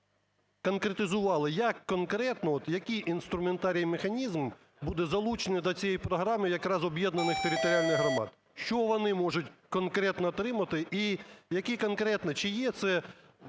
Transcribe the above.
як конкретно, от який інструментарій і механізм буде залучений до цієї програми якраз об'єднаних територіальних громад? Що вони можуть конкретно отримати і які конкретно…, чи є це